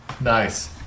Nice